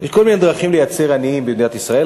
יש כל מיני דרכים לייצר עניים במדינת ישראל,